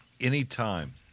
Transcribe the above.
Anytime